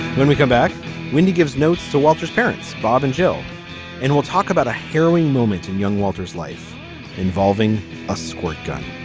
when we come back wendy gives notes to walter's parents bob and jill and we'll talk about a harrowing moment in young walter's life involving a squirt gun.